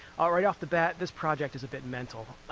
ah right off the bat, this project is a bit mental.